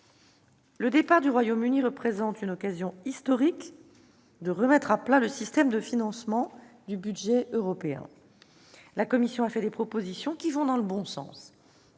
Le départ du Royaume-Uni représente une occasion historique de remettre à plat le système de financement du budget européen. La Commission européenne a fait des propositions qui vont dans le bon sens,